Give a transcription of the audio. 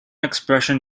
expression